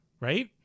right